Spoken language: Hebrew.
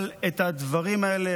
אבל את הדברים האלה,